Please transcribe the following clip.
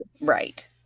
Right